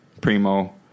Primo